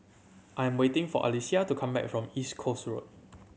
I am waiting for Alecia to come back from East Coast Road